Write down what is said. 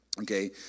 Okay